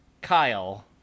Kyle